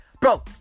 Bro